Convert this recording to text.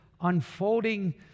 unfolding